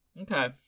okay